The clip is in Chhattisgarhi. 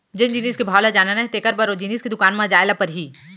जेन जिनिस के भाव ल जानना हे तेकर बर ओ जिनिस के दुकान म जाय ल परही